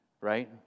right